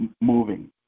moving